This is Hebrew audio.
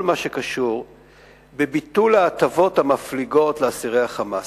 מה שקשור לביטול ההטבות המפליגות לאסירי ה"חמאס"?